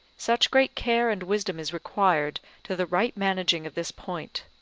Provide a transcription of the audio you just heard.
such great care and wisdom is required to the right managing of this point.